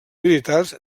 militars